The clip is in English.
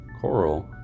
Coral